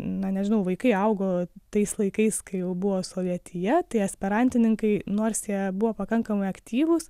na nežinau vaikai augo tais laikais kai jau buvo sovietija tie esperantininkai nors jie buvo pakankamai aktyvūs